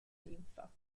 ninfa